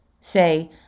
say